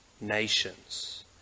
nations